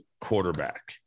quarterback